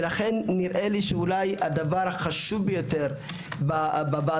לכן נראה לי שהדבר החשוב ביותר בוועדה,